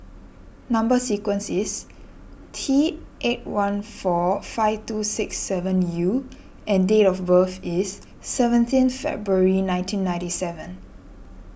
Number Sequence is T eight one four five two six seven U and date of birth is seventeenth February nineteen ninety seven